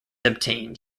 obtained